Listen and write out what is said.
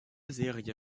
serie